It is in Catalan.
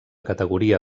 categoria